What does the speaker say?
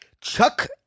Chuck